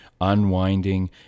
unwinding